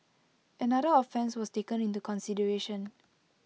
another offence was taken into consideration